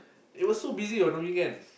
it was so busy on the weekends